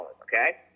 okay